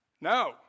No